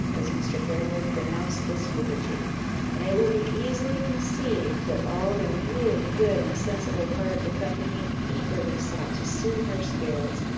as mr. harewood pronounced this eulogy and it will be easily conceived, that all the really good and sensible part of the company eagerly sought to soothe her spirits,